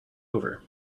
over